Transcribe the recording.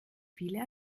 viele